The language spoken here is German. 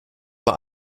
vor